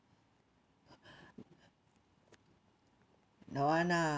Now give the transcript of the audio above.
don't want lah